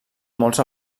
molts